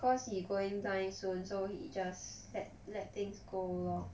cause he going die soon so he just let let things go lor